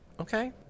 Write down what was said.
Okay